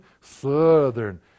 southern